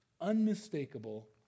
unmistakable